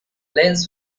lens